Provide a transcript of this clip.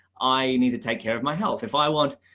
i need to take care of my health if i want